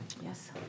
Yes